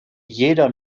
jeder